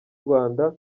rwanda